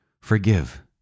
forgive